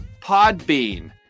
Podbean